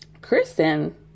Kristen